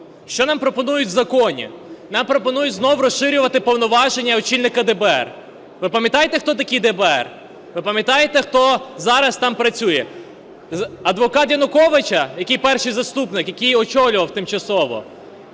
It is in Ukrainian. Що нам пропонують в законі? Нам пропонують знову розширювати повноваження очільника ДБР. Ви пам'ятаєте, хто такі ДБР? Ви пам'ятаєте, хто зараз там працює? Адвокат Януковича, який перший заступник, який очолював тимчасово.